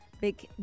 big